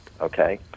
okay